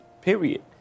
period